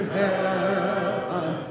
heaven